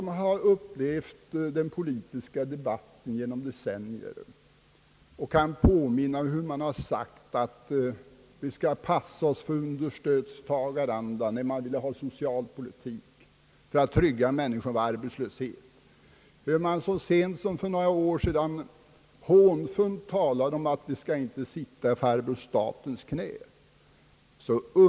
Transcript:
Jag har upplevt den politiska debatten genom decennier. Jag erinrar mig att det en gång i tiden när det rörde sig om socialpolitik för att trygga människor mot arbetslöshet o. d., invändes att vi måste passa oss för att uppamma understödstagarandan. Så sent som för några år sedan talade man hånfullt om att medborgarna inte skall sitta i farbror statens knä.